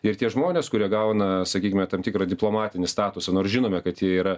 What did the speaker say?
ir tie žmonės kurie gauna sakykime tam tikrą diplomatinį statusą nors žinome kad jie yra